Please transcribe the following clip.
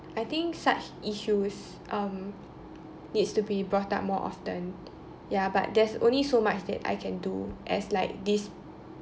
I think such issues um needs to be brought up more often ya but there's only so much that I can do as like this